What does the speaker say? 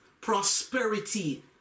prosperity